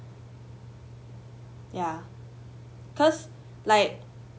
ya cause like